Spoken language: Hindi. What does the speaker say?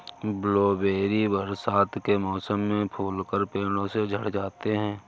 ब्लूबेरी बरसात के मौसम में फूलकर पेड़ों से झड़ जाते हैं